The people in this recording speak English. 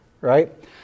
right